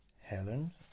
helen